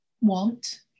want